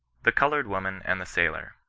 the coloured woman and the sailor.